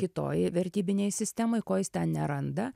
kitoj vertybinėj sistemoj ko jis ten neranda